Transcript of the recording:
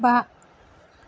बा